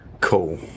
Cool